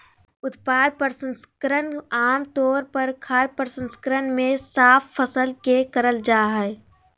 उत्पाद प्रसंस्करण आम तौर पर खाद्य प्रसंस्करण मे साफ फसल के करल जा हई